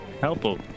helpful